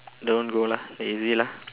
don't go lah lazy lah